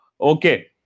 Okay